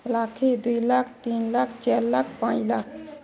ଲକ୍ଷେ ଦୁଇ ଲକ୍ଷ ତିନି ଲକ୍ଷ ଚାରି ଲକ୍ଷ ପାଞ୍ଚ ଲଖ